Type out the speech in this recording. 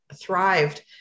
thrived